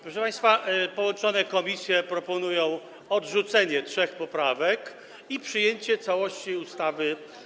Proszę państwa, połączone komisje proponują odrzucenie trzech poprawek i przyjęcie całości ustawy.